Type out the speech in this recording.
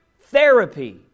therapy